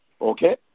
okay